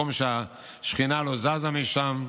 מקום שהשכינה לא זזה משם.